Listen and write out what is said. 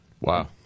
Wow